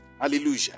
Hallelujah